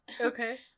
okay